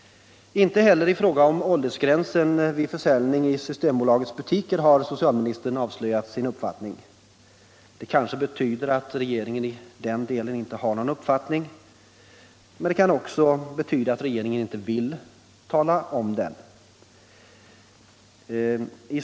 Inte heller när det gäller frågan om åldersgräns vid försäljning i systembolagets butiker har socialministern avslöjat sin uppfattning. Det kanske betyder att regeringen inte har någon uppfattning i den frågan. Men det kan också betyda att regeringen inte vill tillkännage sin uppfattning.